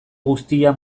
guztia